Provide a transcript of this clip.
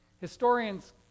Historians